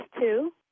two